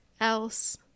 else